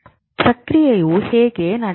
ಪ್ರಕ್ರಿಯೆಯು ಹೀಗೆ ನಡೆಯುತ್ತದೆ